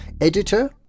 Editor